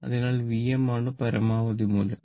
അതിനാൽ Vm ആണ് പരമാവധി മൂല്യം